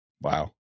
Wow